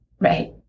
Right